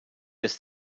this